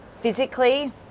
physically